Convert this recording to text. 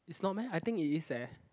is not meh I think it is eh